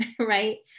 right